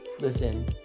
Listen